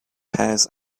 pears